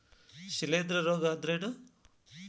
ಶಿಲೇಂಧ್ರ ರೋಗಾ ಅಂದ್ರ ಏನ್?